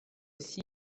aussi